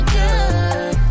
good